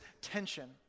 tension